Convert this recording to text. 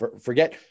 Forget